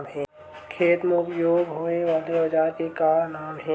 खेत मा उपयोग होए वाले औजार के का नाम हे?